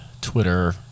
Twitter